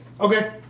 Okay